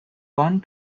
one